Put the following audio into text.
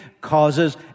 causes